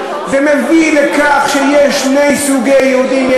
זה מביא לכך שיהיו שני סוגים של יהודים: